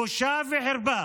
בושה וחרפה.